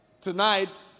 tonight